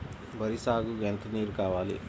వరి సాగుకు ఎంత నీరు కావాలి?